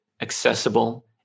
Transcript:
accessible